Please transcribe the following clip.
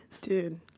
Dude